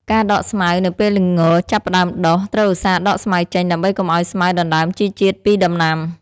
ការដកស្មៅ នៅពេលល្ងចាប់ផ្តើមដុះ ត្រូវឧស្សាហ៍ដកស្មៅចេញ ដើម្បីកុំឲ្យស្មៅដណ្តើមជីជាតិពីដំណាំ។